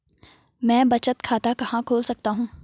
मैं बचत खाता कहां खोल सकता हूँ?